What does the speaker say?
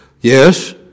Yes